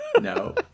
No